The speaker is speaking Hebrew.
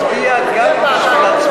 הצבעתי גם במקומה.